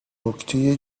نکته